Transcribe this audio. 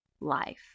life